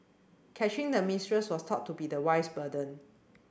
catching the mistress was thought to be the wife's burden